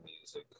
music